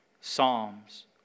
Psalms